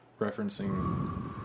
Referencing